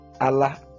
allah